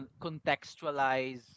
contextualize